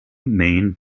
main